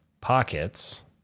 pockets